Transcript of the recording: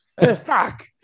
Fuck